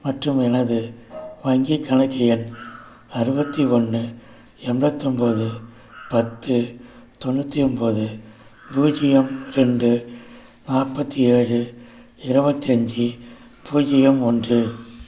மற்றும் எனது வங்கிக் கணக்கு எண் அறுபத்தி ஒன்று எண்பத்தி ஒன்போது பத்து தொண்ணூற்றி ஒன்போது பூஜ்யம் ரெண்டு நாற்பத்தி ஏழு இருவத்தி அஞ்சு பூஜ்யம் ஒன்று